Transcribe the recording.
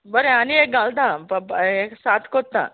बरें आनी एक घालता प प ये सात कोत्ता